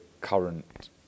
current